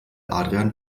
adrian